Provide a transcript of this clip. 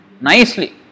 nicely